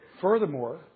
Furthermore